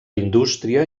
indústria